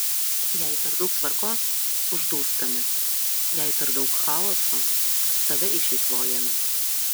jei per daug tvarkos uždūstame jei per daug chaoso save išeikvojame